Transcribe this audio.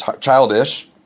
childish